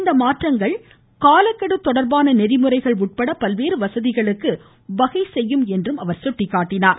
இந்த மாற்றங்கள் காலக்கெடு தொடர்பான நெறிமுறைகள் உட்பட பல்வேறு வசதிகளுக்கு வகை செய்யும் என்று அவர் எடுத்துரைத்தார்